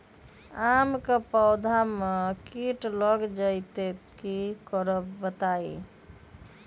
आम क पौधा म कीट लग जई त की करब बताई?